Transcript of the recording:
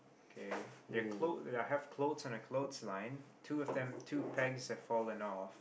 okay they are clo~ they have clothes on the clothes line two of them two pegs have falling off